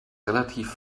relativ